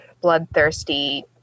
bloodthirsty